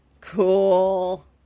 Cool